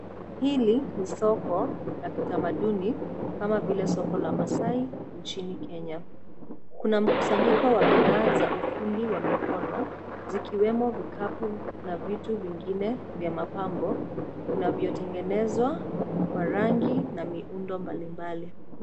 Hili ni soko la kitamaduni kama vile soko la Maasai nchini Kenya. Kuna mkusanyiko wa bidhaa za ufundi wa mikono zikiwemo vikapu na vitu vingine vya mapambo vinavyotengenezwa kwa rangi na miundo mbalimbali.